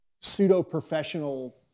pseudo-professional